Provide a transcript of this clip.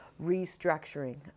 restructuring